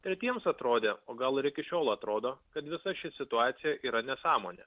tretiems atrodė o gal ir iki šiol atrodo kad visa ši situacija yra nesąmonė